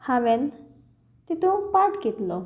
हांवें तितून पार्ट घेतलो